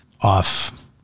off